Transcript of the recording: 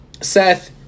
Seth